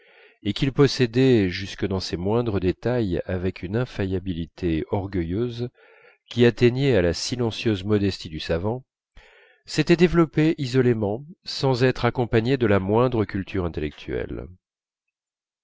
et qu'il possédait jusque dans ses moindres détails avec une infaillibilité orgueilleuse qui atteignait à la silencieuse modestie du savant s'était développée isolément sans être accompagnée de la moindre culture intellectuelle